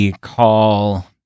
call